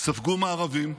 ספגו מארבים,